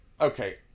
okay